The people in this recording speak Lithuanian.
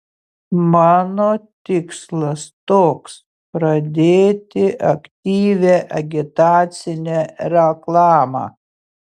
mano tikslas toks pradėti aktyvią agitacinę reklamą